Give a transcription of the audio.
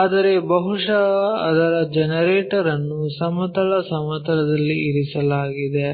ಆದರೆ ಬಹುಶಃ ಅದರ ಜನರೇಟರ್ ಅನ್ನು ಸಮತಲ ಸಮತಲದಲ್ಲಿ ಇರಿಸಲಾಗಿದೆ